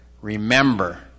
remember